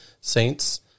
saints